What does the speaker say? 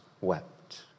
wept